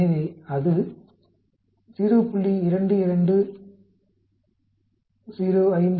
எனவே அது 0